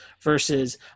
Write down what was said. versus